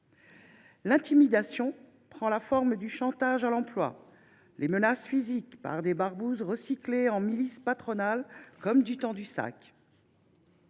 intimidation prend la forme du chantage à l’emploi, de menaces physiques par des barbouzes recyclés en milices patronales, comme du temps du SAC